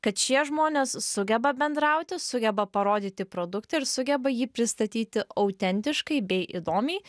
kad šie žmonės sugeba bendrauti sugeba parodyti produktą ir sugeba jį pristatyti autentiškai bei įdomiai